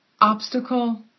obstacle